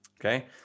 okay